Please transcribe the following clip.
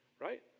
Right